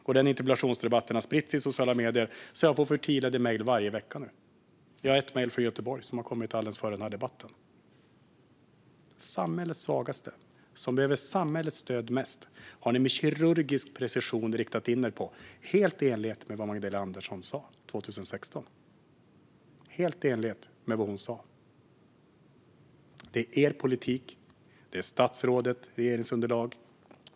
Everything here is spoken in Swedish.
Interpellationsdebatten om detta har spritts i sociala medier, och jag får förtvivlade mejl varje vecka. Jag fick ett mejl från Göteborg alldeles före den här debatten. Samhällets svagaste, som behöver samhällets stöd mest, har ni med kirurgisk precision riktat in er på, helt i enlighet med vad Magdalena Andersson sa 2016. Det är er politik. Det är statsrådets regeringsunderlag.